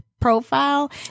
profile